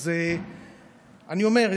אז אני אומר,